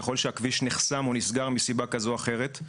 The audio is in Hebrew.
ככל שהכביש נחסם או נסגר מסיבה כזו או אחרת,